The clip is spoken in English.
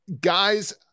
Guys